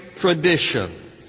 tradition